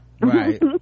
right